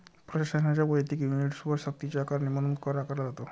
प्रशासनाच्या वैयक्तिक युनिट्सवर सक्तीची आकारणी म्हणून कर आकारला जातो